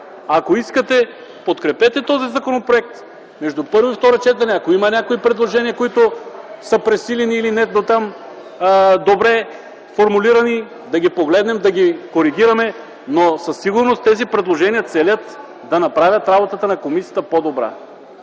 Ако искате, подкрепете този законопроект. Между първо и второ четене, ако има някакви предложения, които са пресилени или недотам добре формулирани, да ги погледнем, да ги коригираме, но със сигурност тези предложения целят да направят работата на комисията по-добра.